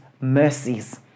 mercies